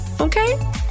Okay